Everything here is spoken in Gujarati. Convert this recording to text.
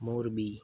મોરબી